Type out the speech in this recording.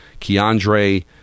Keandre